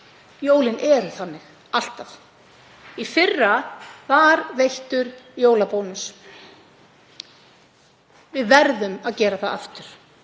Jólin eru þannig alltaf. Í fyrra var veittur jólabónus. Við verðum að gera það aftur.